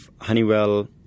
Honeywell